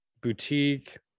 boutique